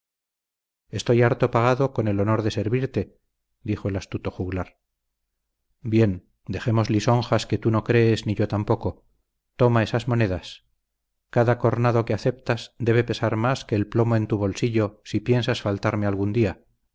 estoy harto pagado con el honor de servirte dijo el astuto juglar bien dejemos lisonjas que tú no crees ni yo tampoco toma esas monedas cada cornado que aceptas debe pesar mas que el plomo en tu bolsillo si piensas faltarme algún día